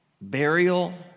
burial